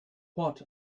what